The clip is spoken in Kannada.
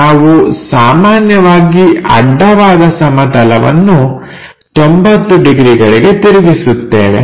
ನಾವು ಸಾಮಾನ್ಯವಾಗಿ ಅಡ್ಡವಾದ ಸಮತಲವನ್ನು 90 ಡಿಗ್ರಿಗಳಿಗೆ ತಿರುಗಿಸುತ್ತೇವೆ